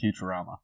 Futurama